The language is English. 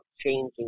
changing